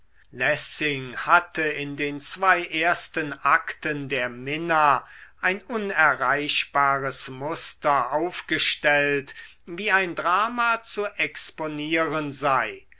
lessing hatte in den zwei ersten akten der minna ein unerreichbares muster aufgestellt wie ein drama zu exponieren sei